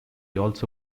also